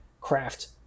craft